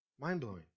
mind-blowing